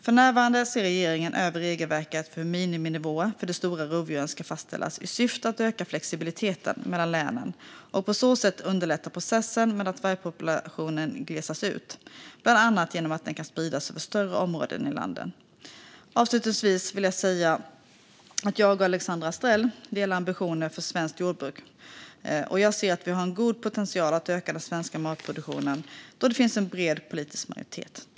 För närvarande ser regeringen över regelverket för hur miniminivåer för de stora rovdjuren ska fastställas i syfte att öka flexibiliteten mellan länen och på så sätt underlätta processen med att vargpopulationen glesas ut, bland annat genom att den kan spridas över större områden i landet. Avslutningsvis vill jag säga att Alexandra Anstrell och jag delar ambitionerna för svenskt jordbruk. Jag ser också att vi har en god potential att öka den svenska matproduktionen, då det finns en bred politisk majoritet.